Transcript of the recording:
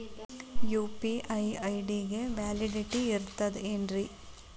UPI ID ಗೆ validity ಇರತದ ಏನ್ರಿ?